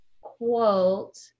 quote